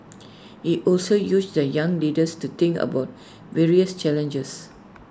he also use the young leaders to think about various challenges